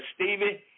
stevie